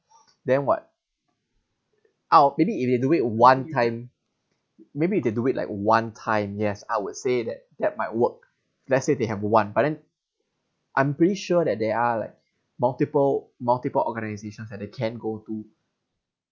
then what !ow! maybe if they do it one time maybe they do it like one time yes I would say that that might work let's say they have one but then I'm pretty sure that they are like multiple multiple organisations that they can go to